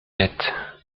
nettes